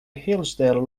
hillsdale